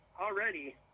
already